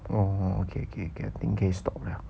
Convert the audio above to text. orh okay okay okay I think 可以 stop liao